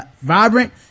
vibrant